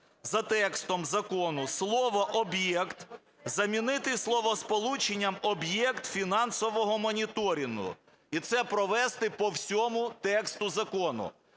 за текстом закону слово "об'єкт", замінити словосполученням "об'єкт фінансового моніторингу". І це провести по всьому тексту закону,